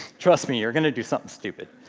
trust me, you're going to do something stupid.